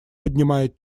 поднимает